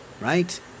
right